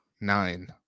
nine